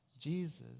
Jesus